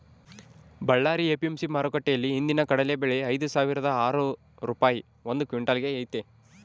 Ballari APMC ಮಾರುಕಟ್ಟೆಯಲ್ಲಿ ಇಂದಿನ ಕಡಲೆ ಬೆಲೆ ಐದುಸಾವಿರದ ಆರು ರೂಪಾಯಿ ಒಂದು ಕ್ವಿನ್ಟಲ್ ಗೆ ಐತೆ